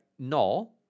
No